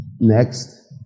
Next